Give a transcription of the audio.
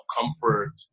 comfort